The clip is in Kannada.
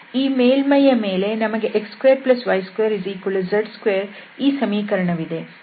ಈ ಮೇಲ್ಮೈಯ ಮೇಲೆ ನಮ್ಮಲ್ಲಿ x2y2z2 ಈ ಸಮೀಕರಣವಿದೆ